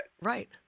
Right